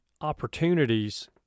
opportunities